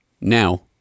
Now